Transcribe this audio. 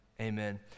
Amen